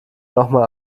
nochmal